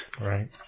Right